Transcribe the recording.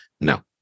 No